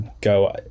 go